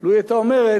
לו היא היתה אומרת,